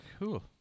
Cool